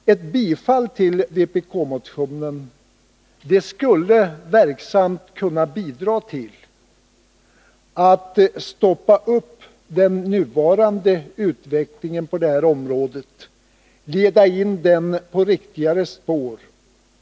Ett bifall till vpk-motionen skulle verksamt kunna bidra till att stoppa upp den nuvarande utvecklingen på detta område och leda in den på riktigare spår.